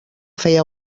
feia